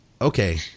okay